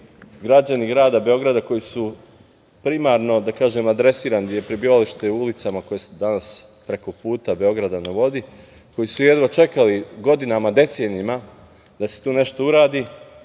građani grada Beograda koji su primarno, da kažem, adresirani gde je prebivalište u ulicama koje su danas preko puta „Beograda na vodi“ koji su jedva čekali godinama, decenijama, da se tu nešto uradi,